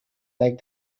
like